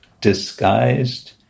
disguised